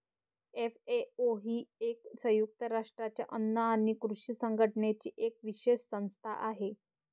FAO ही संयुक्त राष्ट्रांच्या अन्न आणि कृषी संघटनेची एक विशेष संस्था आहे